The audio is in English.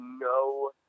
no